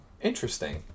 Interesting